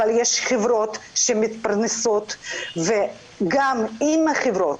אבל יש חברות שמתפרנסות וגם אם החברות,